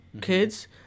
kids